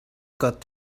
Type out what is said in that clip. got